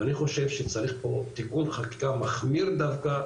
ואני חושב שצריך פה תיקון חקיקה מחמיר דווקא,